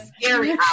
scary